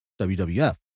WWF